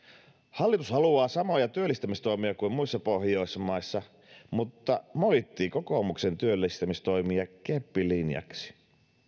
hallitus haluaa samoja työllistämistoimia kuin muissa pohjoismaissa mutta moittii kokoomuksen työllistämistoimia keppilinjaksi